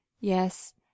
Yes